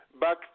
back